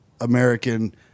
American